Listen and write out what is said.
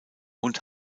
und